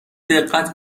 دقت